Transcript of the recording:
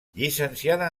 llicenciada